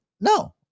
no